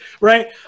right